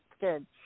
Good